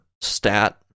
stat